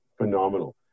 phenomenal